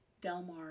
Delmar